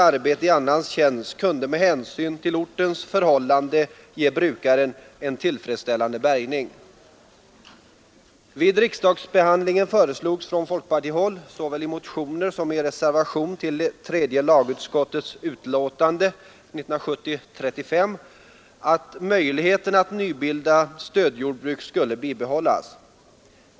Vid riksdagsbehandlingen föreslogs från folkpartihåll, såväl i motioner som i reservation till tredje lagutskottets utlåtande 1970:35, att möjligheten att nybilda stödjordbruk skulle bibehållas.